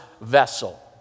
vessel